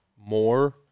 more